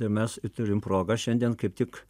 mes turim progą šiandien kaip tik